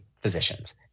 physicians